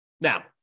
Now